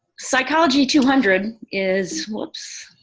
psychology two hundred is, whoops.